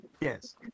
Yes